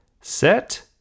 set